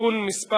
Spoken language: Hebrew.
(תיקון מס'